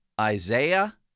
Isaiah